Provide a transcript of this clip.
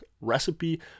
recipe